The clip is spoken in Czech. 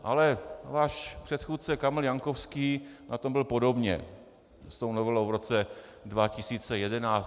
Ale váš předchůdce Kamil Jankovský na tom byl podobně s tou novelou v roce 2011.